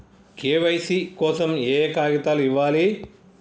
KYC కోసం ఏయే కాగితాలు ఇవ్వాలి?